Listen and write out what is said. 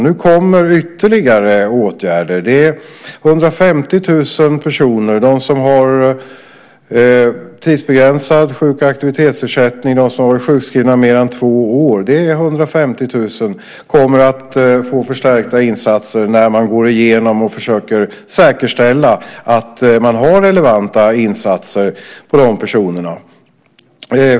Nu kommer ytterligare åtgärder. 150 000 personer, de som har tidsbegränsad sjuk och aktivitetsersättning och de som har varit sjukskrivna mer än två år, kommer att få förstärkta insatser när man går igenom och försöker säkerställa att man har relevanta insatser för de personerna.